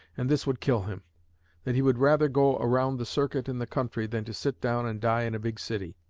and this would kill him that he would rather go around the circuit in the country than to sit down and die in a big city.